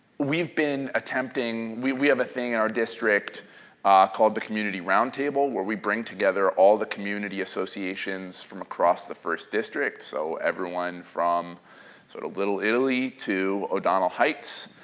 we've been attempting we we have a thing in our district called the community roundtable where we bring together all the community associations from across the first district, so everyone from sort of little italy to o'donnell heights.